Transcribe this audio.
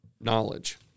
knowledge